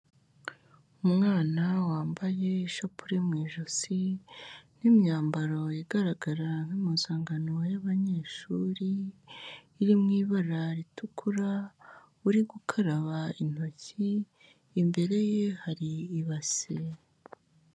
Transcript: Umwana wambaye ishapule mu ijosi n'imyambaro igaragara nk'impuzangano y'abanyeshuri iri mu ibara ritukura, uri gukaraba intoki. Imbere ye hari ibase.